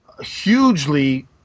hugely